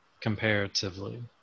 comparatively